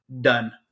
done